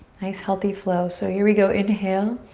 nice healthy flow. so here we go, inhale.